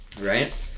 right